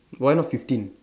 why not fifteen